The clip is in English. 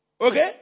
okay